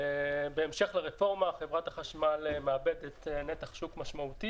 בהמשך לרפורמה חברת החשמל מאבדת נתח שוק משמעותי